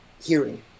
hearing